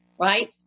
right